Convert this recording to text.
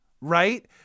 Right